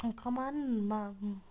कमानमा